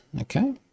Okay